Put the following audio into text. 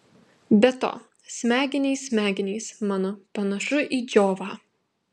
be to smegenys smegenys mano panašu į džiovą